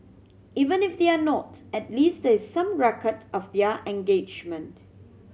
even if they're not at least there is some record of their engagement